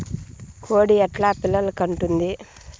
కోడి ఎట్లా పిల్లలు కంటుంది?